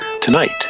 tonight